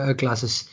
classes